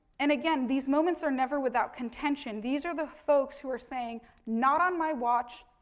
and again, these moments are never without contention. these are the folks who are saying not on my watch,